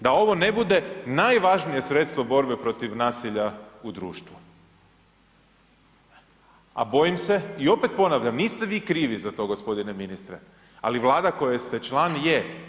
Da ovo ne bude najvažnije sredstvo borbe protiv nasilja u društvu, a bojim se i opet ponavljam, niste vi krivi za to gospodine ministre, ali Vlada koje ste član je.